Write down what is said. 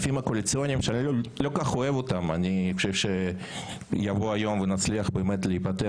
אני חושב שיש בה הרבה רציונל כי חשוב להשאיר